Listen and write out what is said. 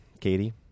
Katie